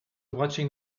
watching